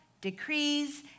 decrees